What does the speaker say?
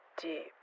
deep